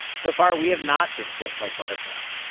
so far, we have not been just like butterflies.